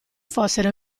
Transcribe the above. fossero